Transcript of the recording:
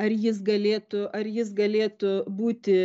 ar jis galėtų ar jis galėtų būti